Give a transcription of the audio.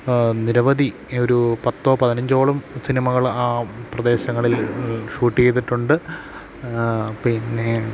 നിരവധി ഒരു പത്തോ പതിനഞ്ചോളം സിനിമകൾ ആ പ്രദേശങ്ങളിൽ ഷൂട്ട് ചെയ്തിട്ടുണ്ട് പിന്നെ